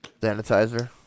sanitizer